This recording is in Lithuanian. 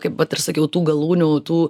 kaip vat ir sakiau tų galūnių tų